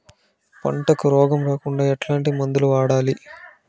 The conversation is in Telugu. పంటకు రోగం రాకుండా ఎట్లాంటి మందులు వాడాలి?